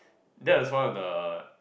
that is one of the